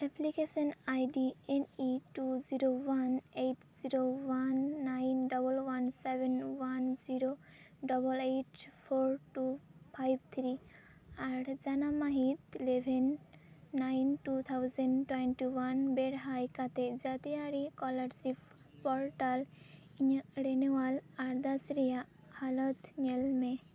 application ID N E two zero one eight zero one nine double one seven one zero double eight four two five three ᱟᱨ ᱡᱟᱱᱟᱢ ᱢᱟᱹᱦᱤᱛ eleven nine two thousand ninety one ᱵᱮᱲᱦᱟᱭ ᱠᱟᱛᱮᱫ ᱡᱟᱹᱛᱤᱭᱟᱹᱨᱤ scholarship portal ᱤᱧᱟᱹᱜ renewal ᱟᱨᱫᱟᱥ ᱨᱮᱱᱟᱜ ᱦᱟᱞᱚᱛ ᱧᱮᱞᱢᱮ